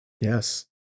Yes